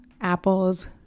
Apple's